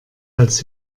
als